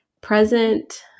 Present